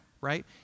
right